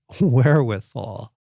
wherewithal